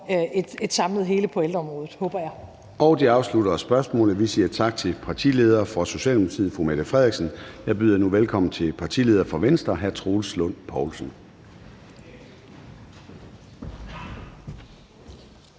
et samlet hele på ældreområdet, håber jeg. Kl. 13:21 Formanden (Søren Gade): Det afslutter spørgsmålet. Vi siger tak til partilederen fra Socialdemokratiet, fru Mette Frederiksen. Jeg byder nu velkommen til partilederen fra Venstre, hr. Troels Lund Poulsen.